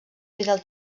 fidel